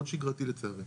מאוד שגרתי לצערי.